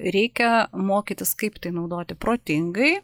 reikia mokytis kaip tai naudoti protingai